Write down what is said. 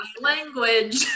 language